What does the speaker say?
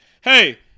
hey